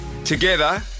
Together